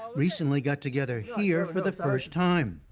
recently got together here for the first time.